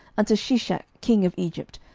unto shishak king of egypt,